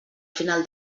final